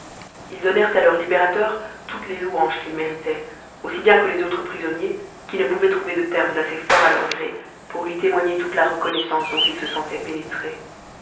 ils donnèrent à leur libérateur toutes les louanges qu'il méritait aussi bien que les autres prisonniers qui ne pouvaient trouver de termes assez forts à leur gré pour lui témoigner toute la reconnaissance dont ils se sentaient pénétrés